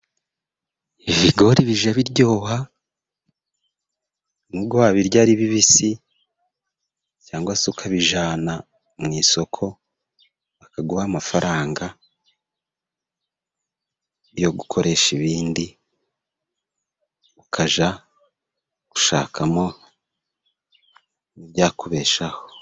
Ibigori bijya biryoha n'ubwo wabirya ari bibisi cyangwa se ukabijyana mu isoko bakaguha amafaranga yo gukoresha ibindi, ukajya gushakamo ibyakubeshaho.